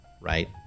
right